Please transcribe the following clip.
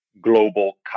global